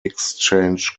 exchange